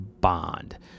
bond